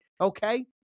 Okay